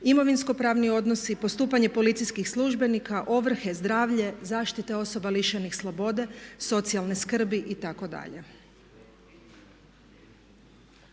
imovinsko pravni odnosi, postupanje policijskih službenika, ovrhe, zdravlje, zaštita osoba lišenih slobode, socijalne skrbi itd..